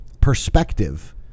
perspective